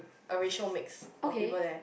a racial mix of people there